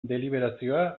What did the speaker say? deliberazioa